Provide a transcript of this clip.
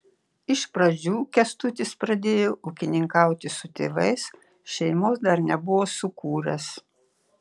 iš pradžių kęstutis pradėjo ūkininkauti su tėvais šeimos dar nebuvo sukūręs